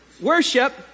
Worship